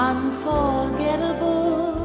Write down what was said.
Unforgettable